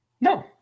No